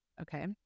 Okay